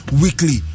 weekly